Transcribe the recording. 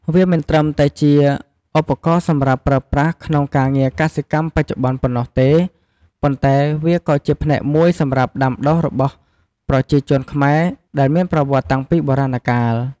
វាមិនត្រឹមតែជាឧបករណ៍សម្រាប់ប្រើប្រាស់ក្នុងការងារកសិកម្មបច្ចុប្បន្នប៉ុណ្ណោះទេ ប៉ុន្តែវាក៏ជាផ្នែកមួយសម្រាប់ដាំដុះរបស់ប្រជាជនខ្មែរដែលមានប្រវត្តិសតាំងពីបុរាណកាល។